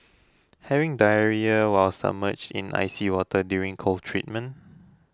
having diarrhoea while submerged in icy water during cold treatment